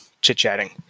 chit-chatting